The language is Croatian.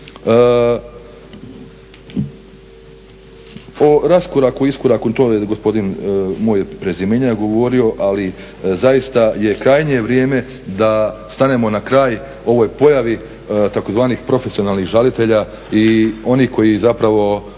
O raskoraku, iskoraku to je gospodin moj prezimenjak govorio. Ali zaista je krajnje vrijeme da stanemo na kraj ovoj pojavi tzv. profesionalnih žalitelja i onih koji zapravo